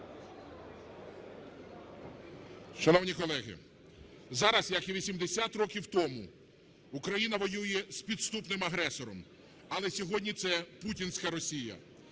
Шановні колеги, зараз, як і 80 років тому, Україна воює з підступним агресором, але сьогодні це путінська Росія